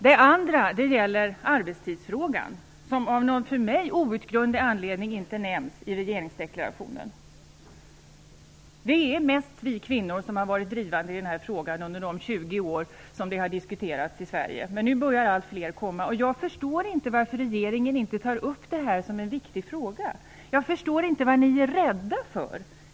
Den andra frågan är arbetstidsfrågan, som av någon för mig outgrundlig anledning inte nämns i regeringsdeklarationen. Det är mest vi kvinnor som har varit drivande i den frågan under de 20 år som den har diskuterats i Sverige, men nu börjar allt fler komma fram. Jag förstår inte varför regeringen inte tar upp detta som en viktig fråga. Jag förstår helt enkelt inte vad ni är rädda för.